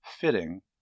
fitting